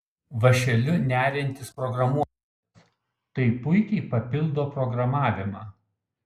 vąšeliu neriantis programuotojas tai puikiai papildo programavimą